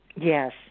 Yes